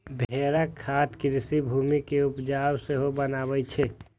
भेड़क खाद कृषि भूमि कें उपजाउ सेहो बनबै छै